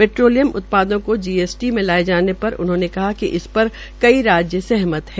petroleum उत्पादों को GST में लाए जाने पर उन्होंने कहा कि इस पर कई राज्य सहमत हैं